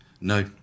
No